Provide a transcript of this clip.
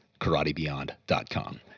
KarateBeyond.com